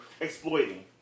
exploiting